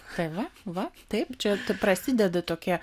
tai va va taip čia prasideda tokie